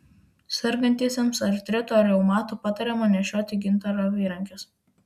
sergantiesiems artritu ar reumatu patariama nešioti gintaro apyrankes